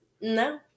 No